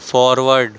forward